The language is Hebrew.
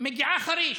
מגיעה חריש,